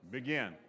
Begin